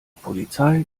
polizei